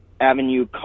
avenue